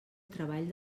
treball